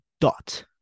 dot